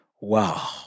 Wow